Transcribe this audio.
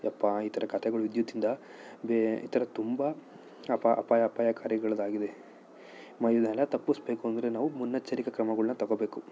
ಅಪ್ಪಾ ಈ ಥರ ಕಥೆಗಳು ವಿದ್ಯುತ್ತಿಂದ ಬೇ ಈ ಥರ ತುಂಬ ಅಪಾ ಅಪಾಯಕಾರಿಗಳದಾಗಿದೆ ಮ ಇವನ್ನೆಲ್ಲ ತಪ್ಪಿಸ್ಬೇಕೆಂದ್ರೆ ನಾವು ಮುನ್ನೆಚ್ಚರಿಕೆ ಕ್ರಮಗಳ್ನ ತೊಗೋಬೇಕು